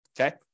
Okay